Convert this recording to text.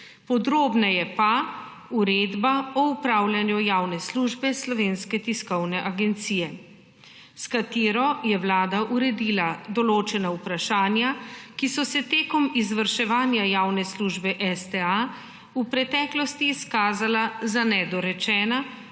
podrobneje pa Uredba o upravljanju javne službe Slovenske tiskovne agencije, s katero je Vlada uredila določena vprašanja, ki so se tekom izvrševanja javne službe STA v preteklosti izkazala za nedorečena